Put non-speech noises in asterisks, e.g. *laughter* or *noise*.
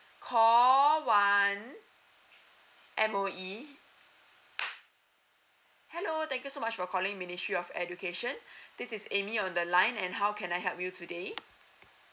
call one M_O_E hello thank you so much for calling ministry of education *breath* this is amy on the line and how can I help you today